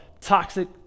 toxic